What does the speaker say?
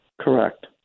Correct